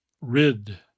Rid